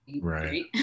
right